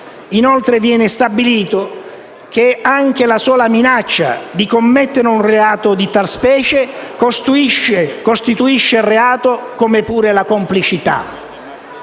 Inoltre viene stabilito che anche la sola minaccia di commettere un reato di tal specie costituisce reato, come pure la complicità.